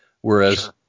Whereas